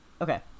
okay